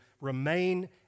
remain